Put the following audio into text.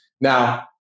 Now